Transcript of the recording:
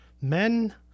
men